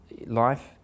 life